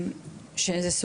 שזו גם חלק מהבעיה המורכבת,